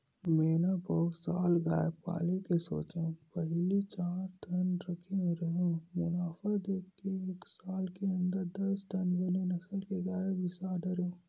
मेंहा पउर साल गाय पाले के सोचेंव पहिली चारे ठन रखे रेहेंव मुनाफा देख के एके साल के अंदर दस ठन बने नसल के गाय बिसा डरेंव